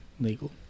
legal